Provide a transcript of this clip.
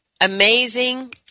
amazing